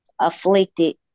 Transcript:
afflicted